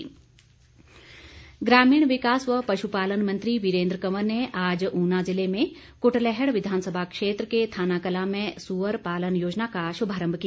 वीरेंद्र कंवर ग्रामीण विकास व पश्पालन मंत्री वीरेन्द्र कंवर ने आज ऊना ज़िले में कुटलैहड़ विधानसभा क्षेत्र के थानाकलां में सूअर पालन योजना का शुभारम्भ किया